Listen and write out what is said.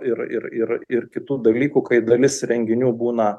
ir ir ir ir kitų dalykų kai dalis renginių būna